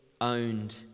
owned